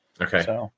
Okay